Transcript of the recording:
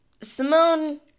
Simone